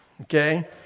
Okay